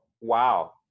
Wow